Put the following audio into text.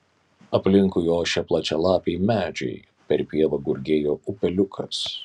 aplinkui ošė plačialapiai medžiai per pievą gurgėjo upeliukas